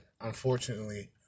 unfortunately